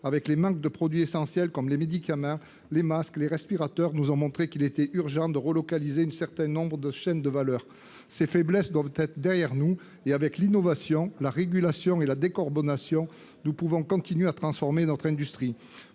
à des pénuries de produits essentiels comme les médicaments, les masques ou les respirateurs. Nous avons bien vu qu'il était urgent de relocaliser un certain nombre de chaînes de valeur. Ces faiblesses doivent être derrière nous. Avec l'innovation, la régulation et la décarbonation, nous pouvons continuer à transformer notre industrie.